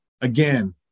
Again